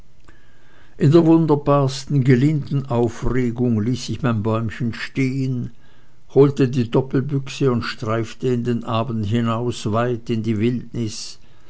in der wunderbarsten gelinden aufregung ließ ich mein bäumchen stehen holte die doppelbüchse und streifte in den abend hinaus weit in die wildnis